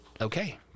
Okay